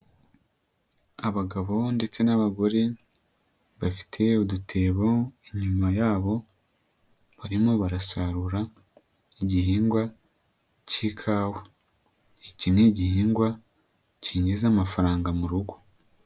Abagabo ndetse n'abagore, bafite udutebo inyuma yabo, barimo barasarura igihingwa cy'ikawa, iki ni igihingwa kinjiza amafaranga mu rugo.